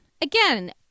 Again